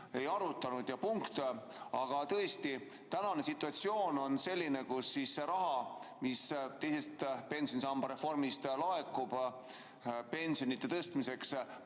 ei arutanud, punkt. Tänane situatsioon on selline, kus see raha, mis teise pensionisamba reformist laekub pensionide tõstmiseks,